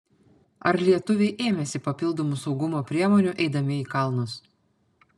ar lietuviai ėmėsi papildomų saugumo priemonių eidami į kalnus